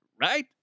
Right